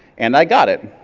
and i got it.